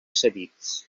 cedits